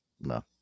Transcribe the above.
No